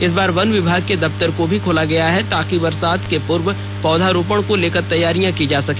इस बार वन विभाग के दफ्तर को भी खोला गया है ताकि बरसात के पूर्व पौधारोपण को लेकर तैयारियां की जा सके